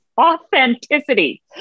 authenticity